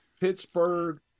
Pittsburgh